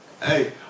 Hey